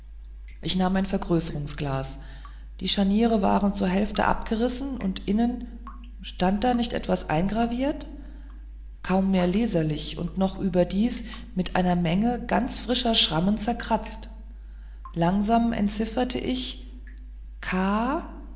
ich nahm ein vergrößerungsglas die scharniere waren zur hälfte abgerissen und innen stand da nicht etwas eingraviert kaum mehr leserlich und noch überdies mit einer menge ganz frischer schrammen zerkratzt langsam entzifferte ich